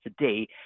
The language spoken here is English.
today